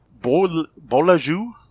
Bolajou